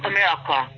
America